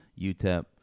UTEP